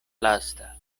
lasta